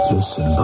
Listen